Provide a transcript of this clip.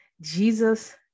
jesus